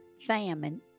famine